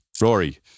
Rory